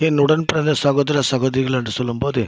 என் உடன் பிறந்த சகோதர சகோதரிகள் என்று சொல்லும் போது